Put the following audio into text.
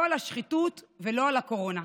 לא על השחיתות ולא על הקורונה.